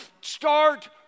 Start